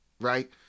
right